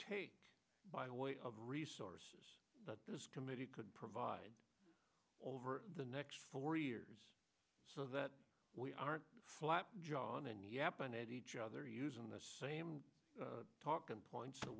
the way of resources that this committee could provide over the next four years so that we aren't flat john and yap and at each other using the same talking points that